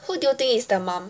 who do you think is the mom